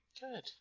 Good